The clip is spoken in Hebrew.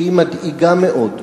שהיא מדאיגה מאוד,